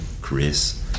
Chris